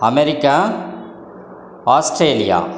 America Australia